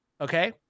Okay